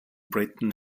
britain